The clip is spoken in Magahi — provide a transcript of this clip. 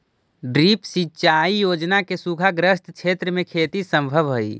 ड्रिप सिंचाई योजना से सूखाग्रस्त क्षेत्र में खेती सम्भव हइ